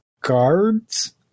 guards